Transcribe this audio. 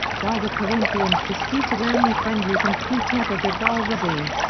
while the corinthians disputed only friendlies and futebol de varzea.